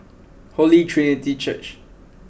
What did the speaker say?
Holy Trinity Church